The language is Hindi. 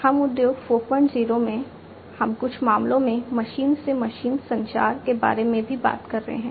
हम उद्योग 40 में हम कुछ मामलों में मशीन से मशीन संचार के बारे में भी बात कर रहे हैं